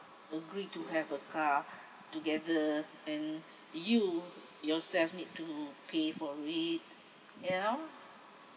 agree to have a car together and you yourself need to pay for it ya